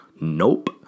Nope